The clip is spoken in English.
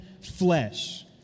flesh